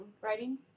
writing